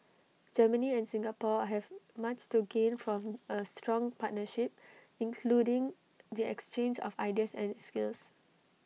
Germany and Singapore have much to gain from A strong partnership including the exchange of ideas and skills